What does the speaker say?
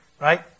right